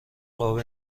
قاب